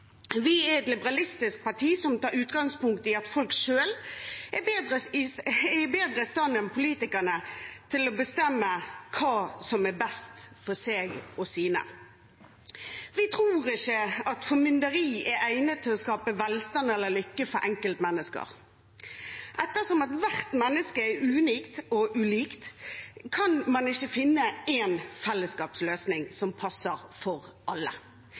Vi er et liberalistisk parti som tar utgangspunkt i at folk selv er bedre i stand enn politikerne til å bestemme hva som er best for seg og sine. Vi tror ikke at formynderi er egnet til å skape velstand eller lykke for enkeltmennesker. Ettersom ethvert menneske er unikt og ulikt, kan man ikke finne én fellesskapsløsning som passer for alle.